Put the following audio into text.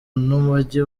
n’umujyi